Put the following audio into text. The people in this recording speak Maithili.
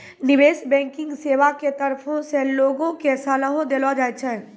निबेश बैंकिग सेबा के तरफो से लोगो के सलाहो देलो जाय छै